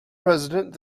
president